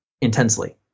intensely